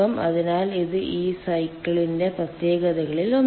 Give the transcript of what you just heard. അതിനാൽ ഇത് ഈ സൈക്കിളിന്റെ പ്രത്യേകതകളിൽ ഒന്നാണ്